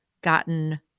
gotten